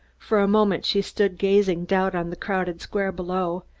for a moment she stood gazing down on the crowded square below,